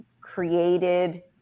created